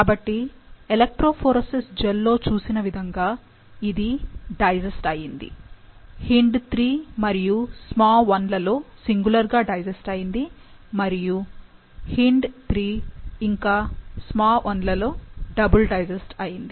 కాబట్టి electrophoresis gel లో చూసిన విధంగా ఇది డైజెస్ట్ అయింది HindIII మరియు SmaI లలో సింగులర్ గా డైజెస్ట్ అయింది మరియు HindIII ఇంకా SmaI లలో డబుల్ డైజెస్ట్ అయింది